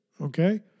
Okay